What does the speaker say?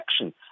action